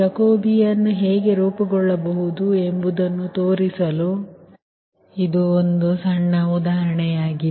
Jacobian ಹೇಗೆ ರೂಪುಗೊಳ್ಳಬಹುದು ಎಂಬುದನ್ನು ತೋರಿಸಲು ಇದು ಒಂದು ಸಣ್ಣ ಉದಾಹರಣೆಯಾಗಿದೆ